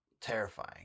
terrifying